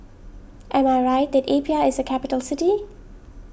am I right that Apia is a capital city